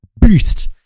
beast